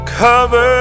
cover